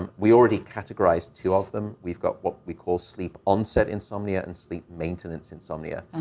um we already categorized two of them. we've got what we call sleep onset insomnia and sleep maintenance insomnia,